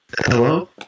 Hello